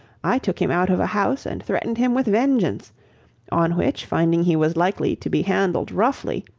i took him out of a house and threatened him with vengeance on which, finding he was likely to be handled roughly,